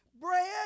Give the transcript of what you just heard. bread